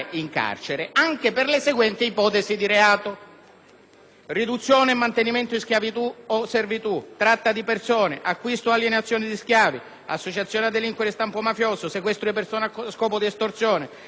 riduzione e mantenimento in schiavitù o servitù, tratta di persone, acquisto o alienazione di schiavi, associazione a delinquere di stampo mafioso, sequestro di persona a scopo di estorsione, associazione a delinquere finalizzata allo spaccio,